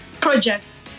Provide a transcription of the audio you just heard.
project